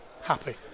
happy